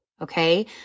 Okay